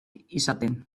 izaten